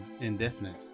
indefinite